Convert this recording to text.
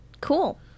Cool